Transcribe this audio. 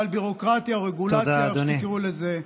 ביורוקרטיה או רגולציה או איך שתקראו לזה,